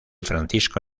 francisco